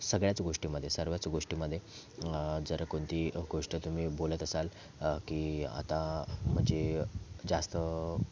सगळ्याच गोष्टीमध्ये सर्वच गोष्टीमध्ये जर कोणती गोष्ट तुम्ही बोलत असाल की आता म्हणजे जास्त